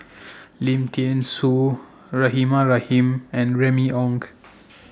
Lim Thean Soo Rahimah Rahim and Remy Ong